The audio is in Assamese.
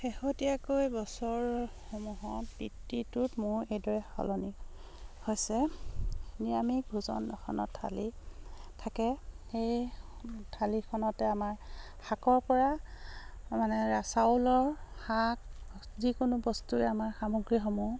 শেহতীয়াকৈ বছৰসমূহৰ বৃত্তিটোত মোৰ এইদৰে সলনি হৈছে নিৰামিষ ভোজনখনত থালি থাকে সেই থালিখনতে আমাৰ শাকৰপৰা মানে চাউলৰ শাক যিকোনো বস্তুৱে আমাৰ সামগ্ৰীসমূহ